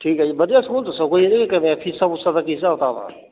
ਠੀਕ ਹੈ ਜੀ ਵਧੀਆ ਸਕੂਲ ਦੱਸੋ ਕੋਈ ਇਹਦੇ 'ਚ ਕਿਵੇਂ ਹੈ ਫੀਸਾਂ ਫੂਸਾਂ ਦਾ ਕੀ ਹਿਸਾਬ ਕਿਤਾਬ ਆ